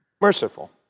merciful